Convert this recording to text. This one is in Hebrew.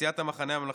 סיעת המחנה הממלכתי,